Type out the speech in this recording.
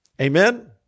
Amen